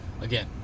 Again